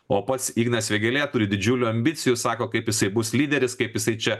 o pats ignas vėgėlė turi didžiulių ambicijų sako kaip jisai bus lyderis kaip jisai čia